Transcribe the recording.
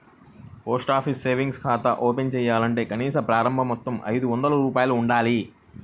post office savings ఖాతా open చేయాలంటే కనీస ప్రారంభ మొత్తం ఐదొందల రూపాయలు ఉండాలి